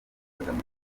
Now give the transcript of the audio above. kagame